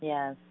Yes